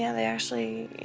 yeah they actually, you